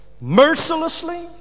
mercilessly